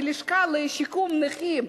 מהלשכה לשיקום נכים,